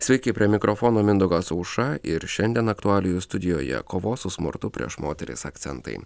sveiki prie mikrofono mindaugas aušra ir šiandien aktualijų studijoje kovos su smurtu prieš moteris akcentai